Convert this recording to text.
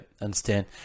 understand